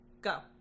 Go